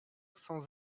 sans